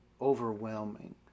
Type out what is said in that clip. overwhelming